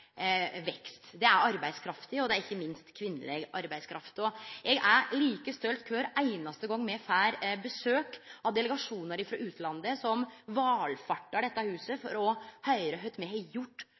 vekst, det er arbeidskrafta, og det er ikkje minst den kvinnelege arbeidskrafta. Eg er like stolt kvar einaste gong me har besøk av delegasjonar frå utlandet, som valfartar til dette huset